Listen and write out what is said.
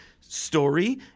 story